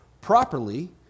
properly